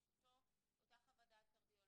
יש אותה חוות דעת קרדיולוג,